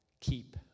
keep